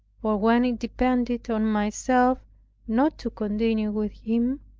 for when it depended on myself not to continue with him,